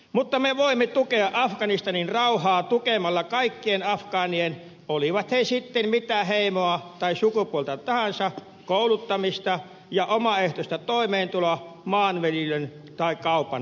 mutta me voimme tukea afganistanin rauhaa tukemalla kaikkien afgaanien olivat he sitten mitä heimoa tai sukupuolta tahansa kouluttamista ja omaehtoista toimeentuloa maanviljelyn tai kaupan parissa